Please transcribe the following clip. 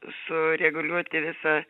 sureguliuoti visą